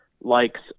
likes